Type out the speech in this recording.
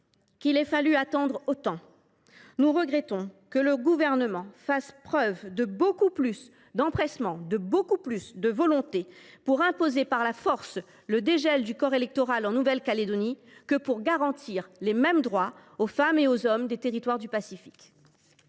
qu’il ait fallu attendre si longtemps : nous regrettons que le Gouvernement fasse preuve de beaucoup plus d’empressement et de beaucoup plus de volonté pour imposer par la force le dégel du corps électoral en Nouvelle Calédonie que pour garantir aux femmes et aux hommes des territoires du Pacifique